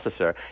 processor